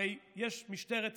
הרי יש משטרת ישראל,